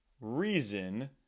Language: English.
reason